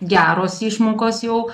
geros išmokos jau